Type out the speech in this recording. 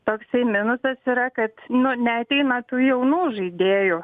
toksai minusas yra kad nu neateina tų jaunų žaidėjų